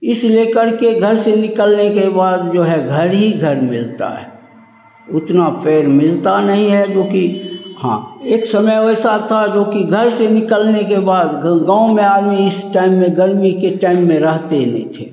इस लेकर के घर से निकलने के बाद जो है घर ही घर मिलता है उतना पेड़ मिलता नहीं है जोकि हाँ एक समय वैसा था जोकि घर से निकलने के बाद गाँव में आदमी इस टाइम में गर्मी के टाइम में रहते नहीं थे